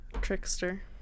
trickster